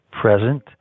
present